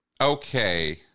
Okay